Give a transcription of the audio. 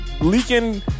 leaking